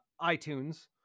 iTunes